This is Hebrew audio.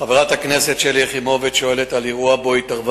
חברת הכנסת שלי יחימוביץ שואלת על אירוע שבו התערבה